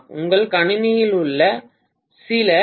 உங்கள் கணினியில் உள்ள சில ஐ